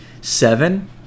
Seven